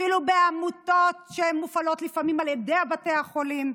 אפילו בעמותות שמופעלות לפעמים על ידי בתי החולים.